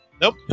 Nope